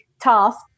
task